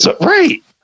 Right